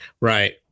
Right